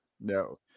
no